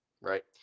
right